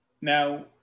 Now